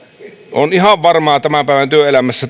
on ihan varmaa tämän päivän työelämässä